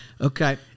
Okay